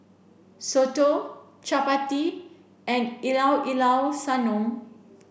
Soto Chappati and Llao Llao Sanum